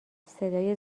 صدای